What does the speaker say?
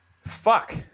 fuck